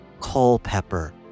Culpepper